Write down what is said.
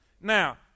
Now